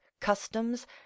customs